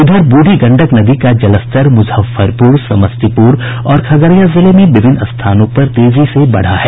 इधर बूढ़ी गंडक नदी का जलस्तर मुजफ्फरपुर समस्तीपुर और खगड़िया जिले में विभिन्न स्थानों पर तेजी से बढ़ा है